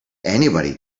anybody